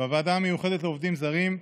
בוועדה המיוחדת לעובדים זרים,